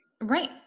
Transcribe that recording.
Right